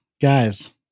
guys